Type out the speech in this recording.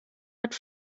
hat